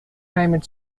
climate